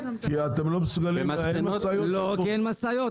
כי אתם לא מסוגלים --- לא, כי אין משאיות.